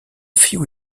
few